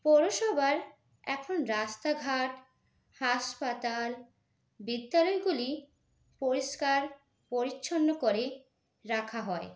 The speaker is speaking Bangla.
পৌরসভার এখন রাস্তা ঘাট হাসপাতাল বিদ্যালয়গুলি পরিষ্কার পরিচ্ছন্ন করে রাখা হয়